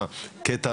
היה קטע,